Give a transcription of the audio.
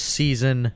season